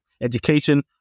education